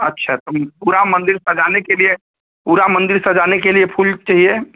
अच्छा तोम पूरा मंदिर सजाने के लिए पूरा मंदिर सजाने के लिए फूल चाहिए